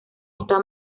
está